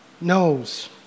knows